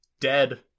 dead